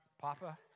Papa